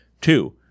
Two